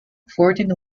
fourteen